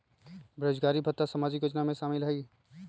बेरोजगारी भत्ता सामाजिक योजना में शामिल ह ई?